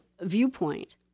viewpoint